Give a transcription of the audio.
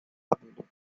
abandon